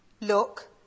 look